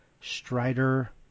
Strider